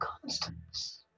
constants